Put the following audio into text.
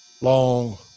long